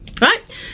right